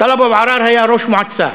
טלב אבו עראר היה ראש מועצה.